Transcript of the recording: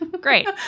Great